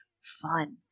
fun